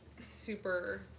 super